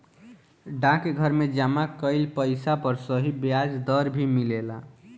डाकघर में जमा कइल पइसा पर सही ब्याज दर भी मिलेला